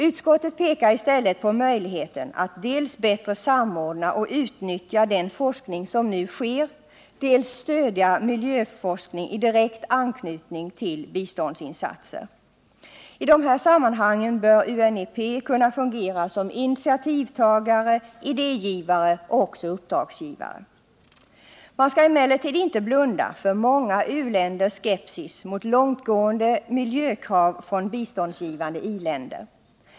Utskottet pekar i stället på möjligheten att dels bättre samordna och utnyttja den nuvarande forskningen, dels stödja miljöforskningidirekt anknytning till biståndsinsatser. I dessa sammanhang bör UNEP kunna fungera som initiativtagare, idégivare och även som uppdragsgivare. Man skall emellertid inte blunda för många u-länders skepsis mot långtgående miljökrav från biståndsgivande i-länder.